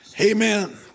Amen